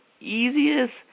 easiest